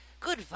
good